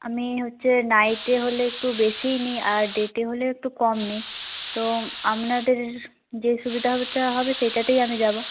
আমি হচ্ছে নাইটে হলে একটু বেশিই নিই আর ডে তে হলে একটু কম নিই তো আপনাদের যে সুবিধা টা হবে সেটাতেই আমি যাব